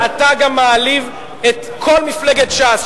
אתה גם מעליב את כל מפלגת ש"ס,